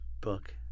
book